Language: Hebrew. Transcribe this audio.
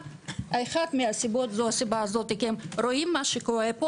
אחת הסיבה זו הסיבה הזו הם רואים מה שקורה פה